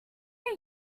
are